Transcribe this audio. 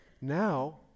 Now